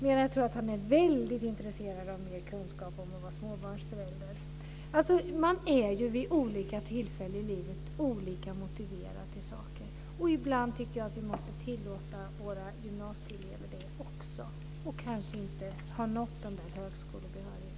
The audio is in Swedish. Men jag tror att han är väldigt intresserad av mer kunskap om hur det är att vara småbarnsförälder. Man är ju vid olika tillfällen i livet olika motiverad till saker. Ibland tycker jag att vi måste tillåta våra gymnasieelever som kanske inte har nått högskolebehörighet att vara det också.